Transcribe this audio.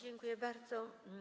Dziękuję bardzo.